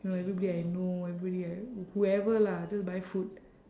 you know everybody I know everybody I whoever lah just buy food